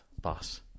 boss